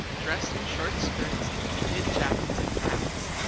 dressed in short skirts and knit jackets and caps,